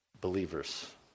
believers